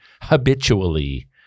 habitually